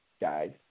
guys